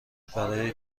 برای